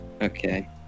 Okay